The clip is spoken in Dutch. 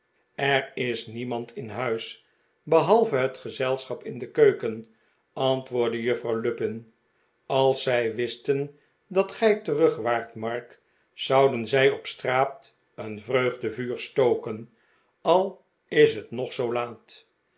er is niemand in huis behalve bet gezelschap in de keuken antwoordde juffrouw lupin als zij wisten dat gij terug waart mark zouden zij op straat een vreugdevuur stoken al is het nog zoo laat